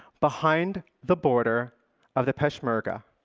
behind the border of the peshmerga,